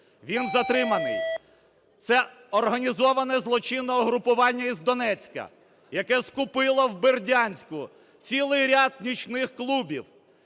Він затриманий. Це організоване злочинне угрупування із Донецька, яке скупило в Бердянську цілий ряд нічних клубів,